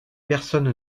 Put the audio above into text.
personne